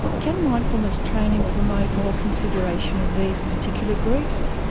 can mindfulness training promote more consideration of these particular groups?